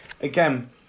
again